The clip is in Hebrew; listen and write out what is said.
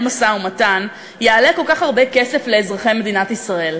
משא-ומתן יעלה כל כך הרבה כסף לאזרחי מדינת ישראל.